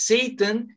Satan